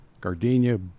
gardenia